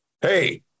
Hey